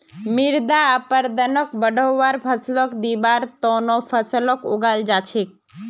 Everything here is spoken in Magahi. मृदा अपरदनक बढ़वार फ़सलक दिबार त न फसलक उगाल जा छेक